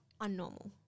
unnormal